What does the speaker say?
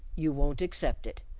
you won't accept it.